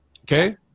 Okay